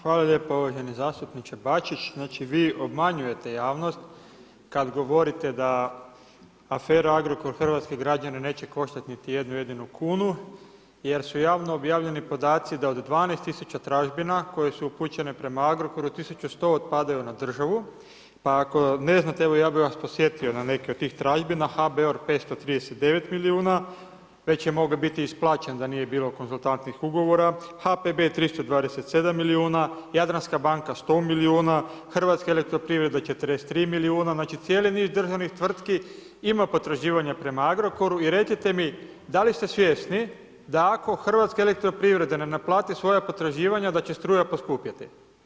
Hvala lijepo uvaženi zastupniče Bačić, znači vi obmanjujete javnost kad govorite da afera Agrokor hrvatske građane neće koštati niti jednu jedinu kunu, jer su javno objavljeni podaci da od 12 000 tražbina koje su upućene prema Agrokoru, 1100 otpadaju na državu, pa ako ne znate ja bih vas podsjetio na neke od tih tražbina, HBOR 539 milijuna, već je mogao biti isplaćen da nije bilo konzultantskih ugovora, HPB 327 milijuna, Jadranska banka 100 milijuna, Hrvatska elektroprivreda 43 milijuna, znači cijeli niz državnih tvrtki ima potraživanja prema Agrokoru i recite mi da li ste svjesni da ako Hrvatska elektroprivreda ne naplati svoja potraživanja da će struja poskupjeti?